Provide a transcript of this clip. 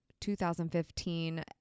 2015